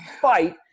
fight